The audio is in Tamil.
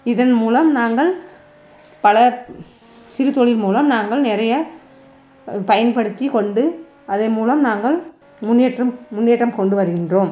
இதன் மூலம் நாங்கள் பல சிறு தொழில் மூலம் நாங்கள் நிறைய பயன்படுத்தி கொண்டு அதன் மூலம் நாங்கள் முன்னேற்றம் முன்னேற்றம் கொண்டு வருகின்றோம்